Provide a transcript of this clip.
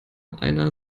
einer